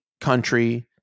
country